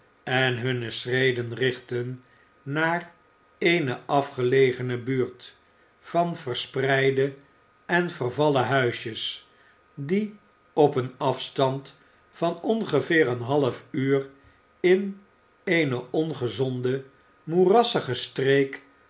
en hunne schreden richtten naar eene afgelegene buurt van verspreide en vervallen huisjes die op een afstand van ongeveer een half uur in eene ongezonde moerassige streek